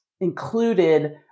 included